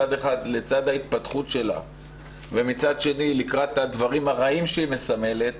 מצד אחד לצד ההתפתחות שלה ומצד שני לקראת הדברים הרעים שהיא מסמלת,